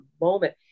moment